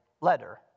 letter